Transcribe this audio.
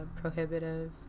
prohibitive